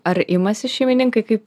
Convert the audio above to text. ar imasi šeimininkai kaip